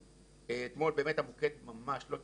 אתמול באמת המוקד ממש עבד,